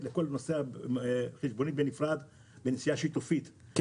לכל נוסע חשבונית בנפרד בנסיעה שיתופית,